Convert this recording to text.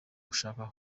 gushaka